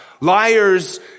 Liars